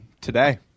today